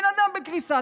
בן אדם בקריסה,